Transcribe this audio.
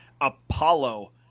Apollo